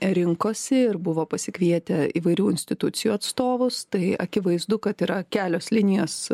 rinkosi ir buvo pasikvietę įvairių institucijų atstovus tai akivaizdu kad yra kelios linijos